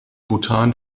bhutan